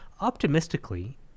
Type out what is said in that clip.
Optimistically